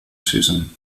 season